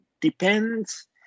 depends